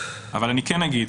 אבל אני כן אגיד,